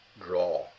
draw